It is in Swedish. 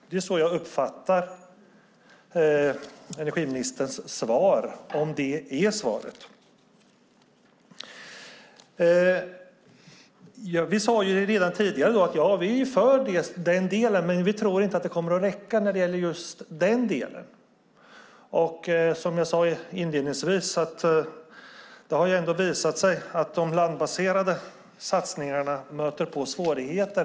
Det är så jag uppfattar energiministerns svar - om det är svaret. Vi sade redan tidigare att vi är för detta, men vi tror inte att det kommer att räcka. Det har visat sig att de landbaserade satsningarna stöter på svårigheter.